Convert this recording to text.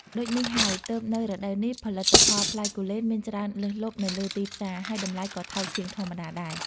ដូចនេះហើយ ទើបនៅរដូវនេះផលិតផលផ្លែគូលែនមានច្រើនលើសលប់នៅលើទីផ្សារ ហើយតម្លៃក៏ថោកជាងធម្មតាដែរ។